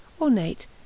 ornate